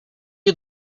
you